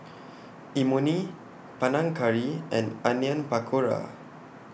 Imoni Panang Curry and Onion Pakora